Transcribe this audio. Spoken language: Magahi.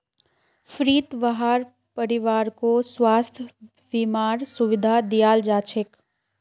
फ्रीत वहार परिवारकों स्वास्थ बीमार सुविधा दियाल जाछेक